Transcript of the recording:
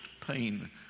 pain